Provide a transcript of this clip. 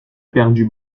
perdu